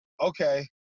Okay